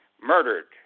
murdered